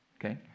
Okay